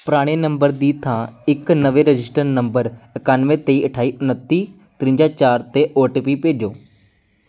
ਪੁਰਾਣੇ ਨੰਬਰ ਦੀ ਥਾਂ ਇੱਕ ਨਵੇਂ ਰਜਿਸਟਰਡ ਨੰਬਰ ਇਕਾਨਵੇਂ ਤੇਈ ਅਠਾਈ ਉਨੱਤੀ ਤਰਵੰਜਾ ਚਾਰ 'ਤੇ ਓ ਟੀ ਪੀ ਭੇਜੋ